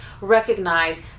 recognize